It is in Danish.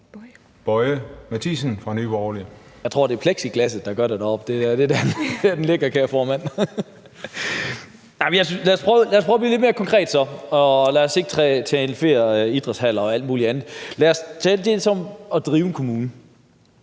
Boje Mathiesen (NB): Jeg tror, det er plexiglasset deroppe, der gør det. Det er der, hunden ligger begravet, hr. kære formand. Lad os prøve at blive lidt mere konkrete så, og lad os ikke tematisere idrætshaller og alt muligt andet. Lad os tage det at drive en kommune,